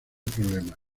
problema